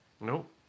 Nope